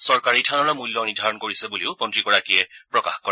চৰকাৰে ইথানলৰ মূল্য নিৰ্ধাৰণ কৰিছে বুলিও মন্ত্ৰীগৰাকীয়ে প্ৰকাশ কৰে